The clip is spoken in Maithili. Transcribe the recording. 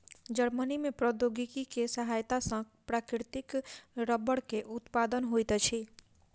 जर्मनी में प्रौद्योगिकी के सहायता सॅ प्राकृतिक रबड़ के उत्पादन होइत अछि